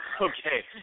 okay